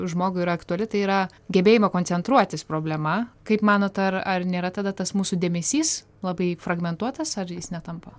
žmogui yra aktuali tai yra gebėjimo koncentruotis problema kaip manot ar ar nėra tada tas mūsų dėmesys labai fragmentuotas ar jis netampa